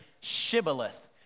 shibboleth